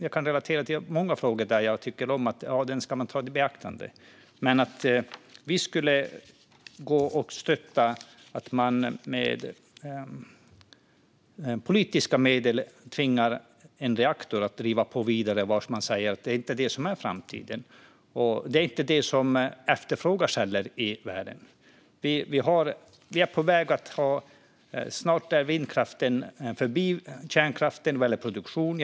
Jag kan relatera till många frågor där jag tycker att man ska ta detta i beaktande. Men vi stöttar inte att man med politiska medel ska tvinga fram att en reaktor drivs vidare. Man säger att det inte är det som är framtiden. Det är inte heller det som efterfrågas i världen. Snart är vindkraften förbi kärnkraften vad gäller produktion.